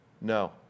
No